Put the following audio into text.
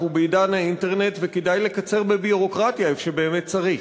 אנחנו בעידן האינטרנט וכדאי לקצר בביורוקרטיה איפה שבאמת צריך.